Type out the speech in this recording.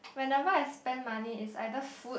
whenever I spend money is either food